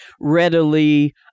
readily